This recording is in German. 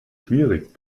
schwierig